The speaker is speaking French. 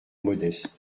modeste